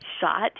shot